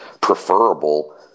preferable